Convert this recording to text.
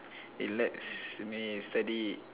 it lets me study